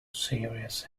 serious